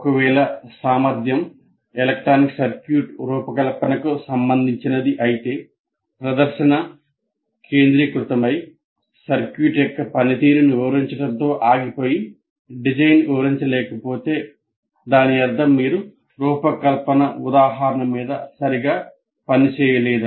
ఒకవేళ సామర్థ్యం electronic circuit రూపకల్పనకు సంబంధించినది అయితే ప్రదర్శన కేంద్రీకృతమై సర్క్యూట్ యొక్క పనితీరును వివరించడంతో ఆగిపోయి డిజైన్ వివరించ లేకపోతే దాని అర్థము మీరు రూపకల్పన ఉదాహరణ మీద సరిగా పని చేయలేదు